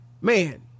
man